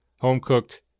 home-cooked